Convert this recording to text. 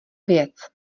věc